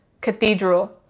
cathedral